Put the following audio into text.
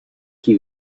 chi